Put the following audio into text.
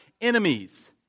enemies